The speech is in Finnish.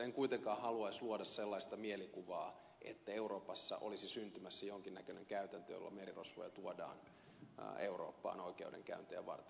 en kuitenkaan haluaisi luoda sellaista mielikuvaa että euroopassa olisi syntymässä jonkin näköinen käytäntö jolla merirosvoja tuodaan eurooppaan oikeudenkäyntejä varten